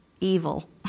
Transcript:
evil